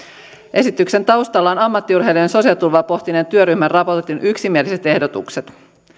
esityksen taustalla ovat ammattiurheilijan sosiaaliturvaa pohtineen työryhmän raportin yksimieliset ehdotukset